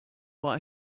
why